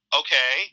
okay